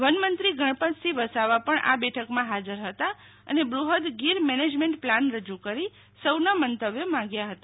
વનમંત્રી ગણપતસિંહ વસાવા પણ આ બેઠકમાં હાજર હતા અને બૃહ્દ ગીર મેનેજમેંટ પ્લાન રજૂ કરી સૌ ના મંતવ્ય માંગ્યા હતા